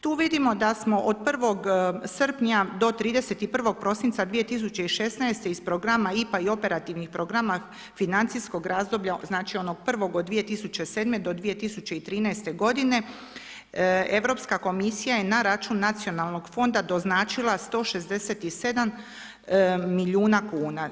Tu vidimo da smo od 1. srpnja do 31. prosinca 2016. iz programa IPA i operativnih programa financijskog razdoblja, znači onog prvog od 2007. do 2013. godine, Europska komisija je na račun nacionalnog fonda doznačila 167 milijuna kuna.